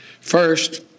First